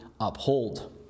uphold